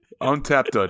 untapped